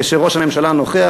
כשראש הממשלה נוכח.